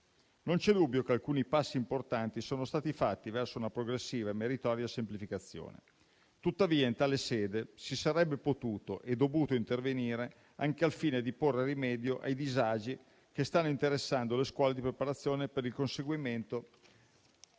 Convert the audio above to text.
Non c'è dubbio che alcuni passi importanti sono stati fatti verso una progressiva e meritoria semplificazione. Tuttavia, in tale sede si sarebbe potuto e dovuto intervenire anche al fine di porre rimedio ai disagi che stanno interessando le scuole di preparazione per il conseguimento